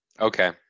okay